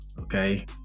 Okay